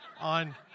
on